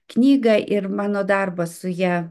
knygą ir mano darbą su ja